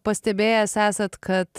pastebėjęs esat kad